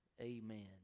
Amen